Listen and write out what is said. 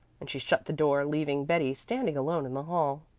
and she shut the door, leaving betty standing alone in the hall.